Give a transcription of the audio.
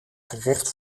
gerecht